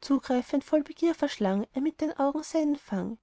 zugreifend voll begier verschlang er mit den augen seinen fang